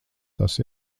tas